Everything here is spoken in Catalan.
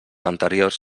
anteriors